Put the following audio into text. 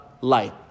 light